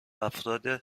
افراد